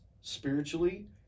spiritually